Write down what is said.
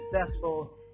successful